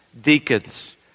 deacons